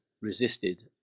resisted